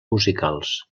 musicals